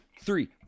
three